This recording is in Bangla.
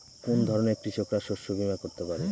কোন ধরনের কৃষকরা শস্য বীমা করতে পারে?